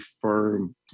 firm